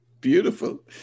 beautiful